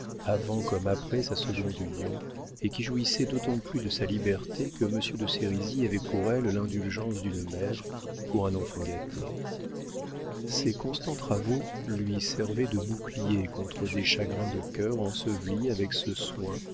avant comme après sa seconde union et qui jouissait d'autant plus de sa liberté que monsieur de sérisy avait pour elle l'indulgence d'une mère pour un enfant gâté ses constants travaux lui servaient de bouclier contre des chagrins de cœur ensevelis avec ce soin